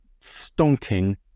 stonking